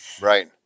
Right